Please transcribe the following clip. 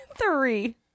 three